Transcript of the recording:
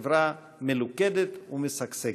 לחברה מלוכדת ומשגשגת.